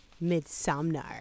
Midsummer